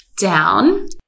down